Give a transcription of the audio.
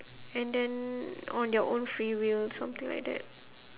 and then on their own free will something like that